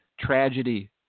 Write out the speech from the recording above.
tragedy